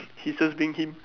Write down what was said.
he's just being him